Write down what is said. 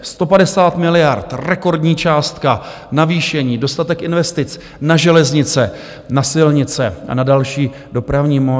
150 miliard, rekordní částka navýšení, dostatek investice na železnice, na silnice a na další dopravní módy.